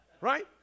Right